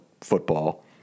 football